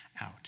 out